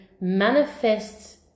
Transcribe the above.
manifest